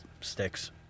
sticks